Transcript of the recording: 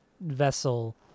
vessel